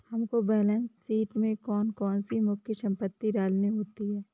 हमको balance sheet में कौन कौन सी मुख्य संपत्ति डालनी होती है?